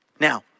Now